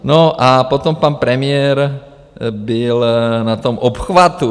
No a potom pan premiér byl na tom obchvatu.